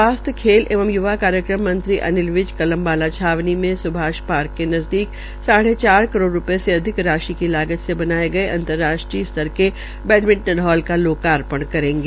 स्वास्थ्य खेल एवं युवा कार्यक्रम मंत्री अनिल विज कल अम्बाला छावनी में स्भाष ार्क के नजदीक साढ़े चार करोड़ रू ये से अधिक राशि की लागत से बनाए गए अंतर्राष्ट्रीय स्तर के बैडमिंटन हाल का लोका ण करेंगे